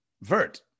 vert